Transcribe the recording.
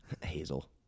hazel